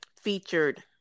featured